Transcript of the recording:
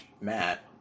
Matt